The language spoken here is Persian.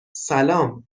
سلام